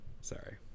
Sorry